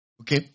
Okay